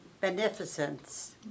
beneficence